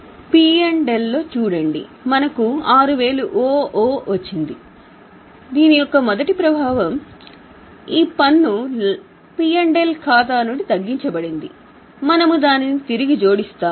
P మరియు L లో చూడండి మనకు 6000 OO వచ్చింది దీని యొక్క మొదటి ప్రభావం ఈ పన్ను లాభం మరియు నష్టం ఖాతా నుండి తగ్గించబడింది మనము దానిని తిరిగి జోడిస్తాము